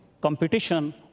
competition